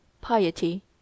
piety